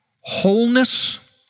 wholeness